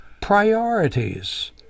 priorities